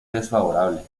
desfavorable